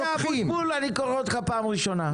משה אבוטבול, אני קורא אותך לסדר פעם ראשונה.